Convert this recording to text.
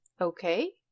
Okay